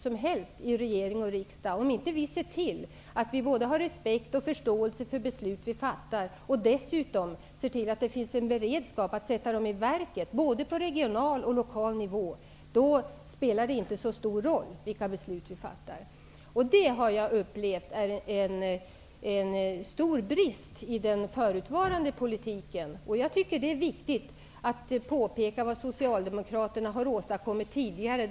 Om vi inte ser till att vi får respekt och förståelse för de beslut vi fattar, och dessutom ser till att det finns en beredskap att sätta besluten i verket på både regional och lokal nivå, spelar det inte så stor roll vilka beslut vi fattar i regeringen och riksdagen. Jag har upplevt att detta har utgjort en stor brist i den förutvarande politiken. Jag tycker att det är viktigt att påpeka vad Socialdemokraterna har åstadkommit tidigare.